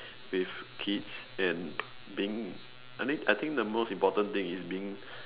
with kids and being I mean I think the most important thing is being